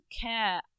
care